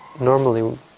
normally